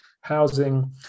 housing